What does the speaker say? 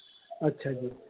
ਅੱਛਾ ਜੀ